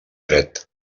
dret